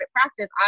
practice